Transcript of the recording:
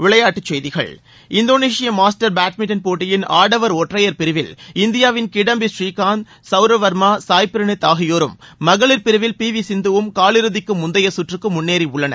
விளையாட்டுச் செய்திகள் இந்தோனேஷிய மாஸ்டர் பேட்மிண்டன் போட்டியில் ஆடவர் ஒற்றையர் பிரிவில் இந்தியாவின் கிடாம்பி ஸ்ரீகாந்த் சவுரவ் வா்மா சாய் பிரணீத் ஆகியோரும் மகளிா் பிரிவில் பி வி சிந்துவும் காலிறுதிக்கு முந்தைய சுற்றுக்கு முன்னேறியுள்ளன்